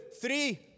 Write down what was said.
three